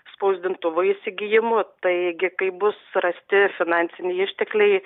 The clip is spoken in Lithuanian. spausdintuvo įsigijimu taigi kai bus rasti finansiniai ištekliai